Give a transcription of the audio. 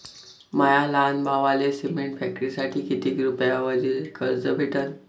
माया लहान भावाले सिमेंट फॅक्टरीसाठी कितीक रुपयावरी कर्ज भेटनं?